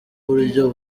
uburyo